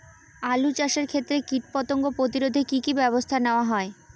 আলু চাষের ক্ষত্রে কীটপতঙ্গ প্রতিরোধে কি কী ব্যবস্থা নেওয়া হয়?